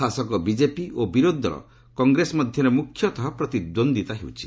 ଶାସକ ବିଜେପି ଓ ବିରୋଧୀ ଦଳ କଂଗ୍ରେସ ମଧ୍ୟରେ ମ୍ରଖ୍ୟତଃ ପ୍ରତିଦ୍ୱନ୍ଦୀତା ହେଉଛି